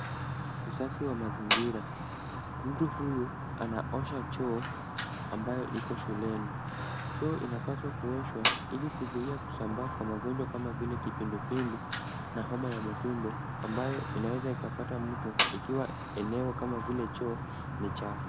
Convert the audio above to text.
Usafi wa mazingira. Mtu huyu anaosha choo ambayo iko shuleni. Choo inapaswa kuoshwa ili kuzuia kusambaa kwa magonjwa kama vile kipindupindu na homa ya matumbo ambayo inaweza ikapata mtu ikiwa eneo kama vile choo ni chafu.